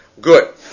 Good